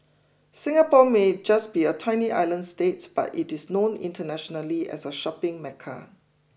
Singapore may just be a tiny island state but it is known internationally as a shopping mecca